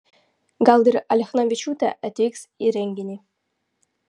gal ir alechnavičiūtė atvyks į renginį